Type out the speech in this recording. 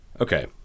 Okay